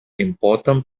important